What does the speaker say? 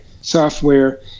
software